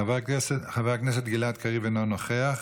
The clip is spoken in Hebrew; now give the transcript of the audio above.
חבר הכנסת גלעד קריב, אינו נוכח.